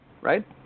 right